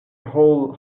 whole